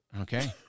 Okay